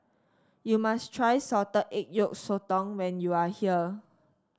you must try Salted Egg Yolk Sotong when you are here